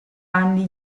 anni